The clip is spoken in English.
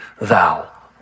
thou